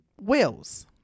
wills